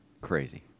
Crazy